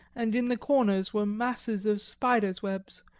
and in the corners were masses of spider's webs,